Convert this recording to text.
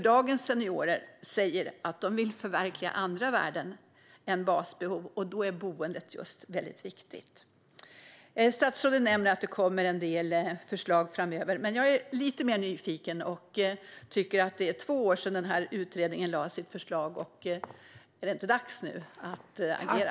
Dagens seniorer säger att de vill förverkliga andra värden än basbehov, och då är just boendet väldigt viktigt. Statsrådet säger att det kommer en del förslag framöver. Men jag är lite mer nyfiken. Det är två år sedan utredningen lade fram sitt förslag. Är det inte dags nu att agera?